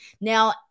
Now